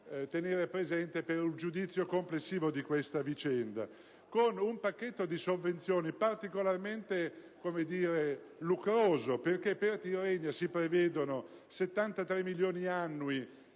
tener presente per un giudizio complessivo su questa vicenda); un pacchetto di sovvenzioni particolarmente lucroso, perché per Tirrenia si prevedono 73 milioni annui